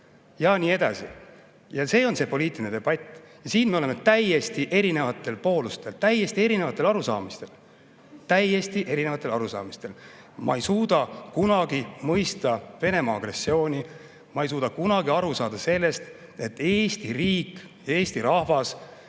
ja nii edasi. See on meie poliitiline debatt ja siin me oleme täiesti erinevatel poolustel, täiesti erinevatel arusaamadel. Ma ei suuda kunagi mõista Venemaa agressiooni ja ma ei suuda kunagi aru saada sellest, et Eesti riik, Eesti rahvas